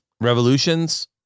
revolutions